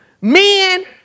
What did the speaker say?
men